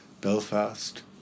Belfast